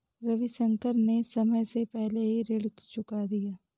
रविशंकर ने समय से पहले ही ऋण चुका दिया